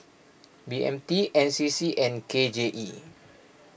B M T N C C and K J E